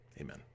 Amen